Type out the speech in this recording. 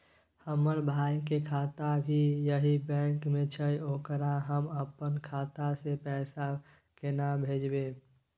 हमर भाई के खाता भी यही बैंक में छै ओकरा हम अपन खाता से पैसा केना भेजबै?